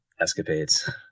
escapades